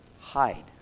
hide